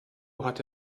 hatte